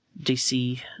DC